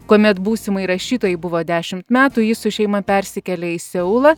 kuomet būsimai rašytojai buvo dešimt metų ji su šeima persikėlė į seulą